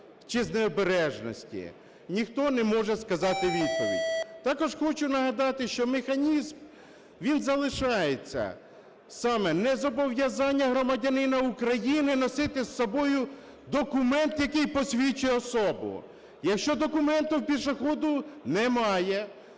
чи з необережності, ніхто не може сказати відповідь. Також хочу нагадати, що механізм, він залишається, саме: не зобов'язання громадянина України носити з собою документ, який посвідчує особу. Якщо документу у пішоходу немає,